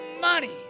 money